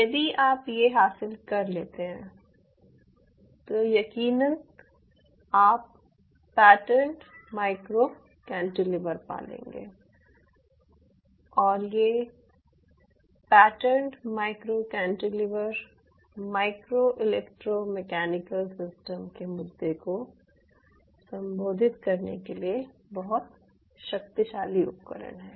यदि आप ये हासिल कर लेते है कि तो यकीनन आप पैटर्नड माइक्रो कैंटिलीवर पा लेंगे और ये patterned micro cantilever micro electro mechanical system के मुद्दे को संबोधित करने के लिए बहुत शक्तिशाली उपकरण है